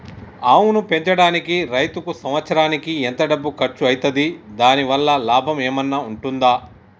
ఆవును పెంచడానికి రైతుకు సంవత్సరానికి ఎంత డబ్బు ఖర్చు అయితది? దాని వల్ల లాభం ఏమన్నా ఉంటుందా?